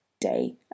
day